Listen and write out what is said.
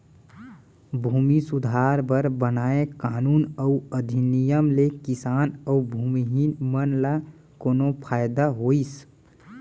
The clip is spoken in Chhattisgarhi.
भूमि सुधार बर बनाए कानून अउ अधिनियम ले किसान अउ भूमिहीन मन ल कोनो फायदा होइस?